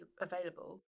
available